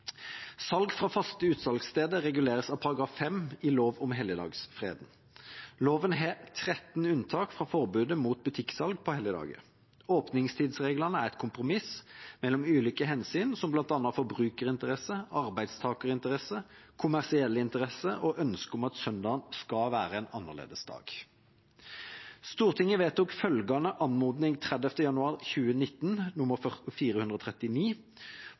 Salg fra faste utsalgssteder reguleres av § 5 i lov om helligdager og helligdagsfred. Loven har 13 unntak fra forbudet mot butikksalg på helligdager. Åpningstidsreglene er et kompromiss mellom ulike hensyn, som bl.a. forbrukerinteresse, arbeidstakerinteresse, kommersiell interesse og ønske om at søndagen skal være en annerledesdag. Stortinget vedtok følgende anmodning den 31. januar 2018, vedtak 439: